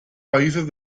países